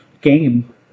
game